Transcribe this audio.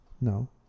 No